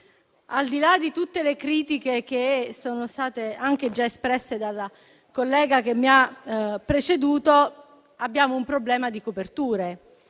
al di là di tutte le critiche che sono state già espresse dalla collega che mi ha preceduto, abbiamo un problema di coperture.